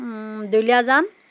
Duliajan